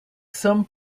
some